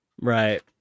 right